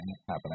happening